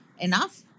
enough